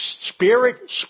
spirit